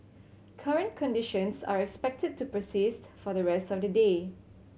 current conditions are expected to persist for the rest of the day